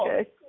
okay